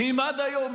כי אם עד היום,